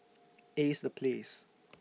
Ace The Place